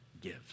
gives